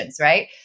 right